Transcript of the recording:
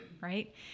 Right